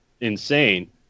insane